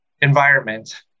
environment